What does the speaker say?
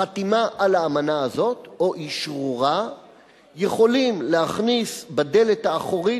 חתימה על האמנה הזאת או אשרורה יכולים להכניס בדלת האחורית